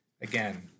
again